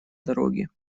дороге